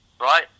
right